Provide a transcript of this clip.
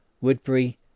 Woodbury